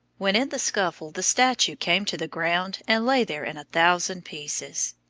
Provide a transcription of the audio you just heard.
when in the scuffle the statue came to the ground and lay there in a thousand pieces.